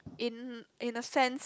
in in a sense